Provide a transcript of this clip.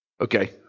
Okay